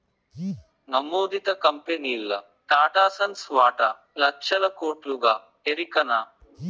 నమోదిత కంపెనీల్ల టాటాసన్స్ వాటా లచ్చల కోట్లుగా ఎరికనా